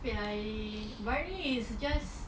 okay lah barney is just